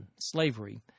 slavery